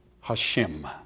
HaShem